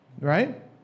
right